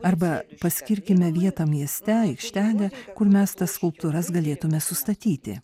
arba paskirkime vietą mieste aikštelę kur mes tas skulptūras galėtume sustatyti